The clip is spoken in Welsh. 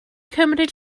cymryd